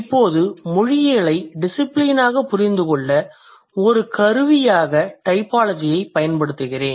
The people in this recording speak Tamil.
இப்போது மொழியியலை டிசிபிலினாகப் புரிந்து கொள்ள ஒரு கருவியாக டைபாலஜியைப் பயன்படுத்துகிறேன்